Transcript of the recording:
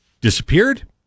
disappeared